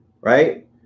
right